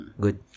Good